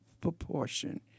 proportion